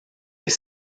est